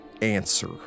answer